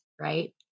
right